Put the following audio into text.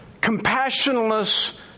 compassionless